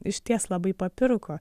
išties labai papirko